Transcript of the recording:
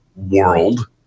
world